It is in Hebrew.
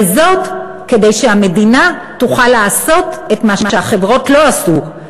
וזאת כדי שהמדינה תוכל לעשות את מה שהחברות לא עשו,